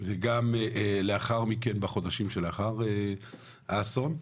וגם בחודשים שלאחר האסון.